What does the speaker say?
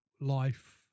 life